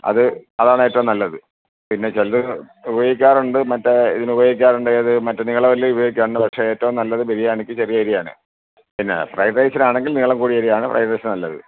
അത് അതാണേറ്റോം നല്ലത് പിന്നെ ചിലർ ഉപയോഗിക്കാറുണ്ട് മറ്റേ ഉപയോഗിക്കാറുണ്ട് ഏത് മറ്റ നീളം അരി ഉപയോഗിക്കാറുണ്ട് പക്ഷേ ഏറ്റോം നല്ലത് ബിരിയാണിക്ക് ചെറിയരിയാണ് പിന്നെ ഫ്രൈഡ് റൈസിനാണെങ്കിൽ നീളം കൂടിയ അരിയാണ് ഫ്രൈഡ് റൈസിന് നല്ലത്